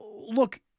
look